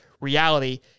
reality